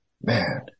man